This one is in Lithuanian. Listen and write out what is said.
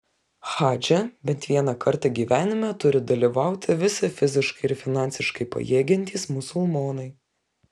hadže bent vieną kartą gyvenime turi dalyvauti visi fiziškai ir finansiškai pajėgiantys musulmonai